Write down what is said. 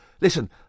Listen